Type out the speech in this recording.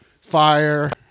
fire